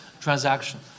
transaction